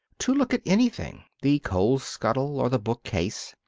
to look at anything, the coal-scuttle or the book-case,